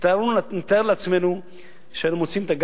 כי נתאר לעצמנו שהיינו מוצאים את הגז,